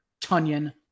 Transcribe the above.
Tunyon